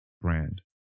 brand